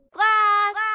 Glass